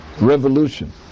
revolution